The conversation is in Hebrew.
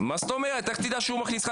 מה זאת אומרת, איך תדע שהוא מכניס?